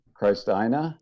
Christina